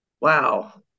wow